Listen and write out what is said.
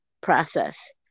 process